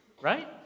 right